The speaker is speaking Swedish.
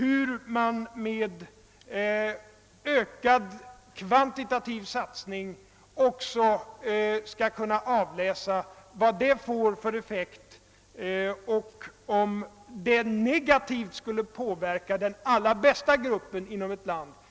Vi måste kunna avläsa också vad en ökad kvantitativ satsning får för effekt, t.ex. om den negativt skulle påverka den allra bästa gruppen inom ett land.